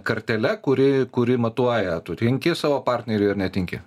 kartele kuri kuri matuoja tu tinki savo partneriui ar netinki